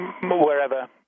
wherever